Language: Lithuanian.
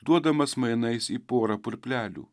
duodamas mainais į porą purplelių